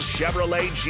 Chevrolet